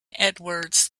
edwards